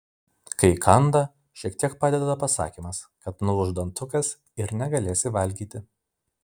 kai kanda šiek tiek padeda pasakymas kad nulūš dantukas ir negalėsi valgyti